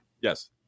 yes